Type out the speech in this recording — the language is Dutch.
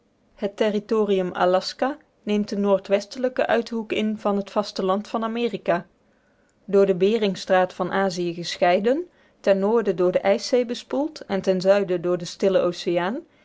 het territorium aljaska neemt den noordwestelijken uithoek in van het vasteland van amerika door de behringstraat van azië gescheiden ten noorden door de ijszee bespoeld en ten zuiden door den stillen oceaan